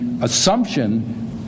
assumption